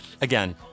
Again